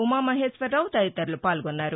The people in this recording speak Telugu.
ఉమామహేశ్వర రావు తదితరులు పాల్గొన్నారు